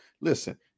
listen